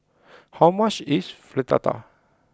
how much is Fritada